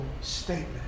statement